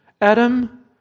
Adam